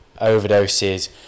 overdoses